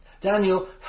Daniel